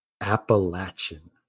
Appalachian